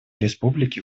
республики